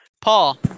Paul